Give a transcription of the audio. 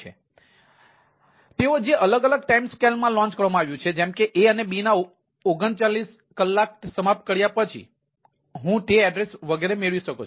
તેથી તેઓ જે અલગ અલગ ટાઇમ સ્કેલમાં લોન્ચ કરવામાં આવે છે જેમ કે A અને Bના 39 કલાક સમાપ્ત કર્યા પછી તેથી હું તે એડ્રેસ વગેરે મેળવી શકું છું